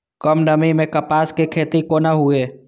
कम नमी मैं कपास के खेती कोना हुऐ?